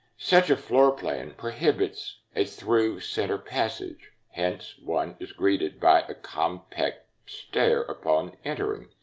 such a floor plan prohibits a through center passage hence, one is greeted by a compact stair upon entering.